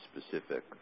specific